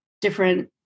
different